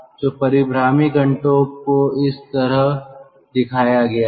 तो परीभ्रामी हुड को इस तरह दिखाया गया है